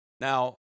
Now